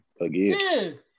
again